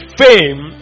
fame